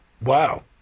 Wow